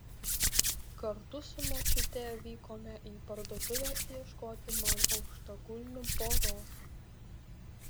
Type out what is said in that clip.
kartu su močiute vykome į parduotuvę ieškoti man aukštakulnių poros